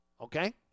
Okay